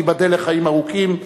ייבדל לחיים ארוכים,